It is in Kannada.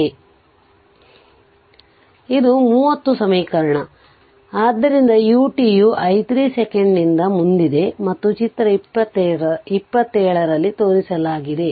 ಆದ್ದರಿಂದ ಇದು 30 ಸಮೀಕರಣ ಆದ್ದರಿಂದ ut ಯು i 3 ಸೆಕೆಂಡ್ನಿಂದ ಮುಂದಿದೆ ಮತ್ತು ಚಿತ್ರ 27 ರಲ್ಲಿ ತೋರಿಸಲಾಗಿದೆ